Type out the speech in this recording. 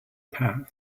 passed